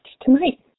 tonight